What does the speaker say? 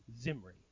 Zimri